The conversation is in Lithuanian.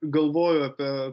galvoju apie